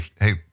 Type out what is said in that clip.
Hey